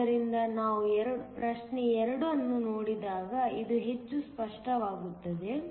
ಆದ್ದರಿಂದ ನಾವು ಪ್ರಶ್ನೆ 2 ಅನ್ನು ನೋಡಿದಾಗ ಇದು ಹೆಚ್ಚು ಸ್ಪಷ್ಟವಾಗುತ್ತದೆ